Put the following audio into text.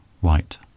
white